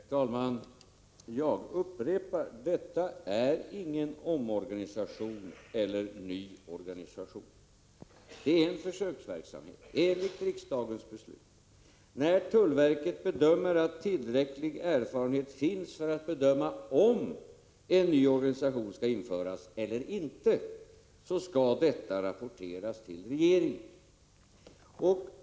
Herr talman! Jag upprepar: Detta är ingen omorganisation eller nyorganisation. Det är en försöksverksamhet, enligt riksdagens beslut. När tullverket bedömer att tillräcklig erfarenhet finns för att avgöra om en ny organisation skall införas eller inte, skall detta rapporteras till regeringen.